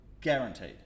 guaranteed